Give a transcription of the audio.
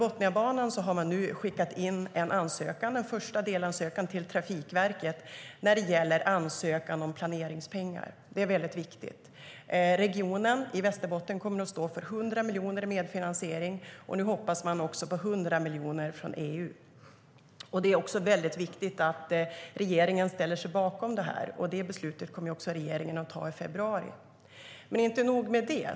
Man har nu skickat in en ansökan, en första delansökan, till Trafikverket om planeringspengar. Det är väldigt viktigt. Regionen i Västerbotten kommer att stå för 100 miljoner i medfinansiering. Nu hoppas man också på 100 miljoner från EU. Det är väldigt viktigt att regeringen ställer sig bakom det. Det beslutet kommer regeringen att ta i februari. Men det är inte nog med det.